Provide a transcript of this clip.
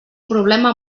problema